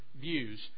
views